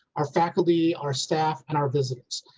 our faculty, our staff and our visitors.